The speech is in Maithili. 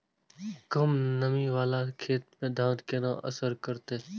कम नमी वाला खेत में धान केना असर करते?